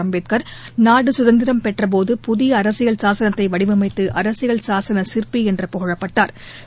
அம்பேத்கர் நாடு சுதந்திரம் பெற்ற போது புதிய அரசியல் சாசனத்தை வடிவமைத்து அரசியல் சாசன சிற்பி என்று புகழப்பட்டா்